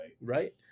right